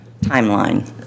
timeline